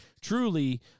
truly